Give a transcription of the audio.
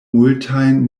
multajn